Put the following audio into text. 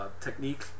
technique